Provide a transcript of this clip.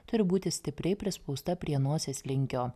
turi būti stipriai prispausta prie nosies linkio